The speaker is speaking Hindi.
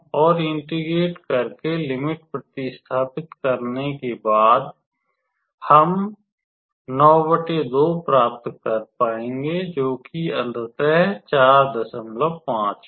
और इंटीग्रेट करके लिमिट प्रतिस्थापित करने के बाद हम 92 प्राप्त कर पाएंगे जोकि अंततः 45 है